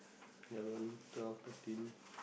eleven twelve thirteen